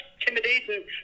intimidating